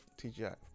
tgi